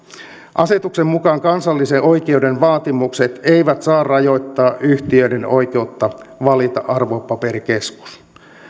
asetuksen mukaan kansallisen oikeuden vaatimukset eivät saa rajoittaa yhtiöiden oikeutta valita arvopaperikeskus